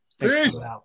Peace